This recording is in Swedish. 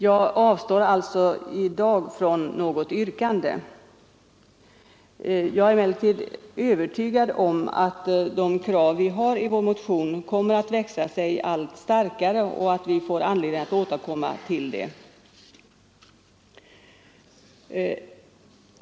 Jag avstår därför i dag från något yrkande. Jag är emellertid övertygad om att de krav vi har i vår motion kommer att växa sig allt starkare och att vi får anledning återkomma till dem.